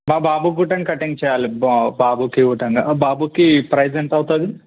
మా బాబు కూడా కటింగ్ చేయాలి బా బాబుకి కొట్టగా బాబుకి ప్రైస్ ఎంత అవుతుంది